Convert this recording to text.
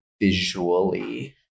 visually